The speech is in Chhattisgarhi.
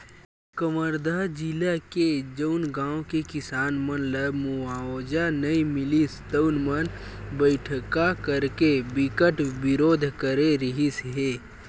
कवर्धा जिला के जउन गाँव के किसान मन ल मुवावजा नइ मिलिस तउन मन बइठका करके बिकट बिरोध करे रिहिस हे